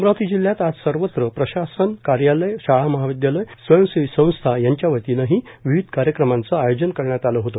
अमरावती जिल्हयात आज सर्वत्र प्रशासन कार्यालयं शाळा महाविद्यालय स्वयंसेवी संस्था यांच्या वतीनं ही विविध कार्यक्रमांचं आयोजन करण्यात आलं होतं